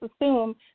assume